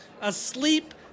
asleep